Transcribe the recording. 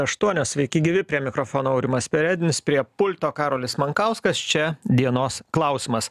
aštuonios sveiki gyvi prie mikrofono aurimas perednis prie pulto karolis mankauskas čia dienos klausimas